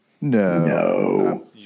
No